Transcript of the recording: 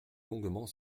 longuement